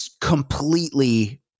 completely